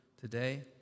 today